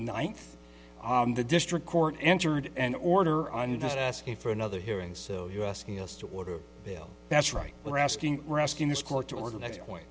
ninth the district court entered an order on us for another hearing so you asking us to order that's right we're asking we're asking this court to order that point